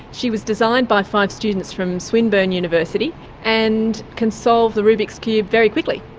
she was designed by five students from swinburne university and can solve the rubik's cube very quickly.